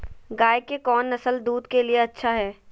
गाय के कौन नसल दूध के लिए अच्छा है?